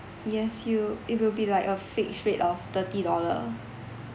yes you it will be like a fix rate of thirty dollars